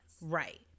right